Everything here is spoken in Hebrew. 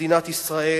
במדינת ישראל